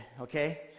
okay